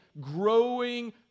growing